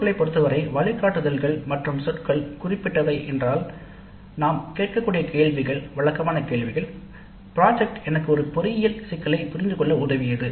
க்களைப் பொறுத்தவரை வழிகாட்டுதல்கள் மற்றும் சொற்கள் குறிப்பிட்டவை என்றால் இவ்வாறான கேள்விகளை கேட்கலாம் வழக்கமான கேள்விகள் "திட்டப்பணி எனக்கு ஒரு பொறியியல் சிக்கலை புரிந்துகொள்ள உதவியது